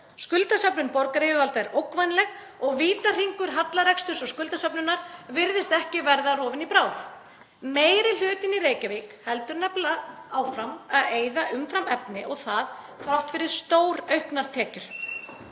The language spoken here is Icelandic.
Skuldasöfnun borgaryfirvalda er ógnvænleg og vítahringur hallareksturs og skuldasöfnunar virðist ekki verða rofinn í bráð. Meiri hlutinn í Reykjavík heldur nefnilega áfram að eyða umfram efni og það þrátt fyrir stórauknar tekjur.